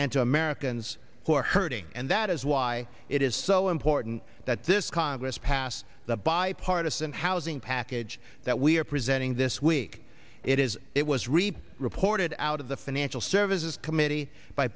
and to americans who are hurting and that is why it is so important that this congress pass the bipartisan housing pac that we are presenting this week it is it was reap reported out of the financial services committee by